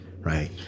Right